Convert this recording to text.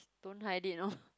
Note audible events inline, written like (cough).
don't hide it orh (laughs)